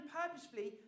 purposefully